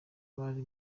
bari